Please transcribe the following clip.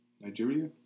Nigeria